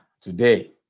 today